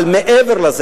אבל מעבר לזה,